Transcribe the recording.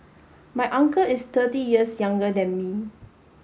my uncle is thirty years younger than me